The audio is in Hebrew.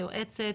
את היועצת,